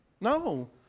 No